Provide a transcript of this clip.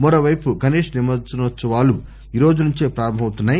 మరోపైపు గణేశ్ నిమజ్జనోత్సవాలు ఈ రోజు నుంచే ప్రారంభమవుతున్నాయి